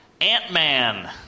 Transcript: Ant-Man